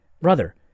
Brother